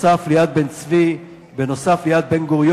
נוסף על יד בן-צבי ונוסף על יד בן-גוריון,